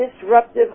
disruptive